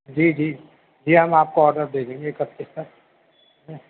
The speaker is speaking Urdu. جی جی جی ہم آپ کو آڈر دے دیں گے اکتیس تک